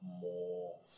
more